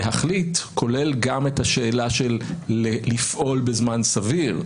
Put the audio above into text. אתה תיארת את זה מדויק,